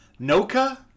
Noka